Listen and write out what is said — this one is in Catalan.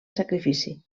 sacrifici